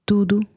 Tudo